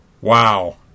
Wow